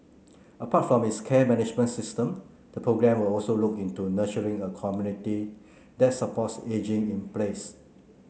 apart from its care management system the programme will also look into nurturing a community that supports ageing in place